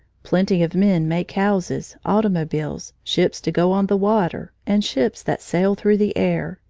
plenty of men make houses, automobiles, ships to go on the water, and ships that sail through the air,